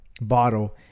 bottle